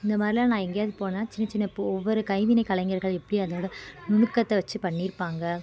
இந்தமாதிரில்லாம் நான் எங்கேயாவது போனால் சின்ன சின்ன இப்போது ஒவ்வொரு கைவினை கலைஞர்கள் எப்படி அதோடய நுணுக்கத்தை வச்சி பண்ணிருப்பாங்கள்